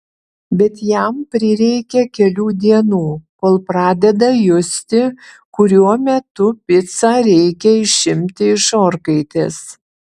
bet jam prireikia kelių dienų kol pradeda justi kuriuo metu picą reikia išimti iš orkaitės